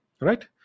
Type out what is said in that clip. Right